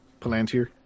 Palantir